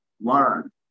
learn